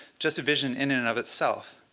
just a vision in in and of itself.